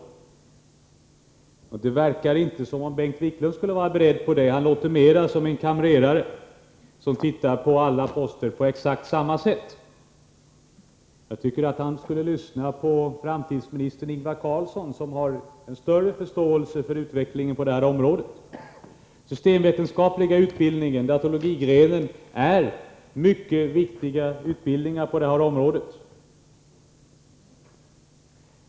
Det Å :: Vissa anslag till verkar inte som om Bengt Wiklund skulle vara beredd till av han låter mera grundläggande som en kamrerare som tittar på alla poster på exakt samma sätt. Jag tycker att — ögskoleutbildning han skulle lyssna på framtidsministern Ingvar Carlsson, som har större = mm m. förståelse för utvecklingen på det här området. Systemvetenskapliga utbildningen och utbildningen på datalogigrenen är mycket viktiga utbildningar på det här området.